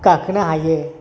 गाखोनो हायो